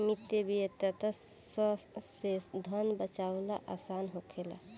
मितव्ययिता से धन बाचावल आसान होखेला